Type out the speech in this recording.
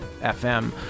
FM